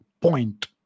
point